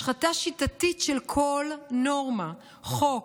השחתה שיטתית של כל נורמה, חוק,